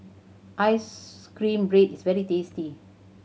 ice cream bread is very tasty